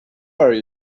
are